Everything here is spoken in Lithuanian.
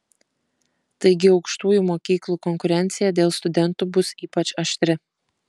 taigi aukštųjų mokyklų konkurencija dėl studentų bus ypač aštri